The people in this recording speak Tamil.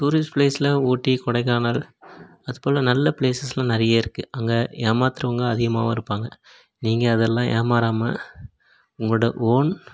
டூரிஸ்ட் பிளேஸ்சில் ஊட்டி கொடைக்கானல் அதுபோல் நல்ல பிளேஸஸ்யெலாம் நிறைய இருக்குது அங்கே ஏமாத்துறவங்க அதிகமாகவும் இருப்பாங்க நீங்கள் அதெல்லாம் ஏமாறாமல் உங்களோட ஓன்